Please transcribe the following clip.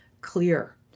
clear